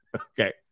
Okay